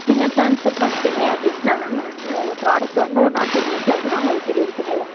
நீங்கள் டிரான்ஸ்ஃபர் பண்ணிட்டிங்க அப்படின்னா நாங்கள் வந்து ப்ராடக்ட் வந்து ஒன் ஆர் டூ டேஸ்சில் வந்து நான் உங்களுக்கு டெலிவரி பண்ணிடுவோம்